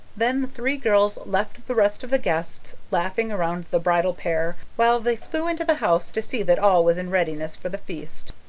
then the three girls left the rest of the guests laughing around the bridal pair while they flew into the house to see that all was in readiness for the feast.